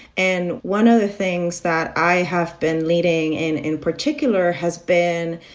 and one of the things that i have been leading in in particular has been,